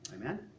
Amen